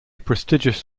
prestigious